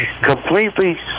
completely